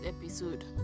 episode